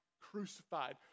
crucified